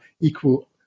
equal